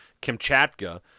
Kamchatka